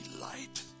light